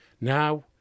Now